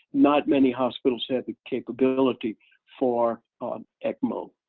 not many hospitals have the capability for on ecmo.